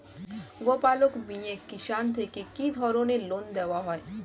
গোপালক মিয়ে কিষান থেকে কি ধরনের লোন দেওয়া হয়?